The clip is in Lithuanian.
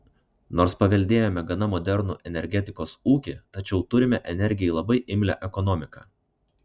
nors paveldėjome gana modernų energetikos ūkį tačiau turime energijai labai imlią ekonomiką